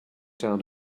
down